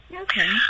Okay